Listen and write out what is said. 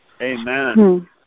Amen